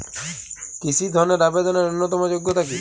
কৃষি ধনের আবেদনের ন্যূনতম যোগ্যতা কী?